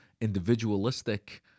individualistic